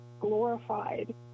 glorified